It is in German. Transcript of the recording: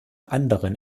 anderen